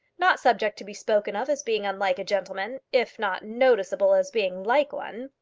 not subject to be spoken of as being unlike a gentleman, if not noticeable as being like one.